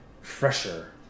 fresher